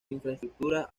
infraestructura